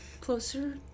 closer